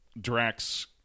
Drax